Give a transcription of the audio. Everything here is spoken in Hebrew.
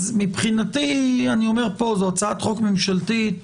זו הצעת חוק ממשלתית.